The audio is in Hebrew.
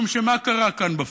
מה קרה כאן בפועל?